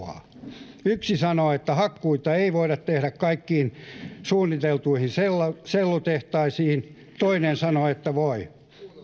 se haluaa yksi sanoo että hakkuita ei voida tehdä kaikkiin suunniteltuihin sellutehtaisiin toinen sanoo että voi